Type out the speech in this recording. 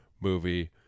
movie